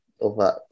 over